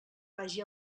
vagi